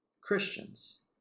Christians